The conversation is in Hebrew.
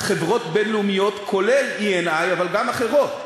חברות בין-לאומיות, כולל Eni, אבל גם אחרות,